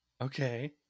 Okay